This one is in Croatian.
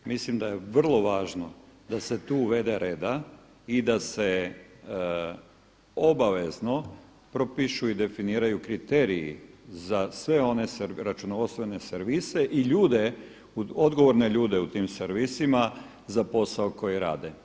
Mislim da je vrlo važno da se tu uvede reda i da se obavezno propišu i definiraju kriteriji za sve one računovodstvene servise i ljude, odgovorne ljude u tim servisima za posao koji rade.